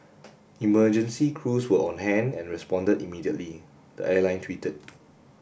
emergency crews were on hand and responded immediately the airline tweeted